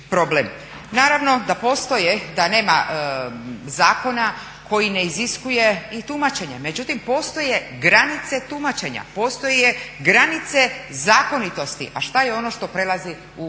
Naravno da postoje, da nema zakona koji ne iziskuje i tumačenje. Međutim, postoje granice tumačenja. Postoje granice zakonitosti. A šta je ono što prelazi u